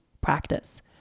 practice